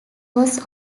was